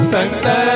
Santa